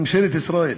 ממשלת ישראל.